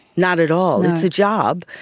not at all. it's a job.